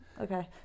Okay